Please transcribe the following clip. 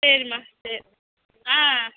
சரிம்மா சரி ஆ